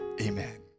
amen